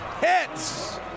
hits